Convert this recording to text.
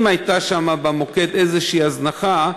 אם הייתה במוקד איזושהי הזנחה,